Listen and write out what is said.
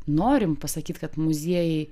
norim pasakyti kad muziejai